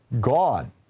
gone